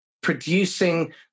producing